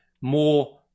more